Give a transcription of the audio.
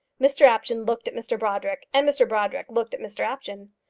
mr apjohn looked at mr brodrick, and mr brodrick looked at mr apjohn.